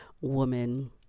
woman